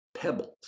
pebbles